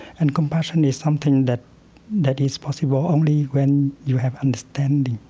and compassion is something that that is possible only when you have understanding.